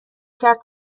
کرد